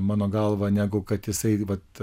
mano galva negu kad jisai vat